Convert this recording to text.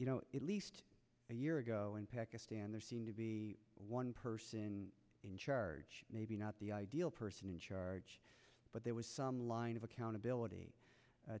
you know at least a year ago in pakistan there seemed to be one person in charge maybe not the ideal person in charge but there was some line of accountability